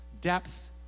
depth